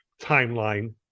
timeline